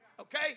Okay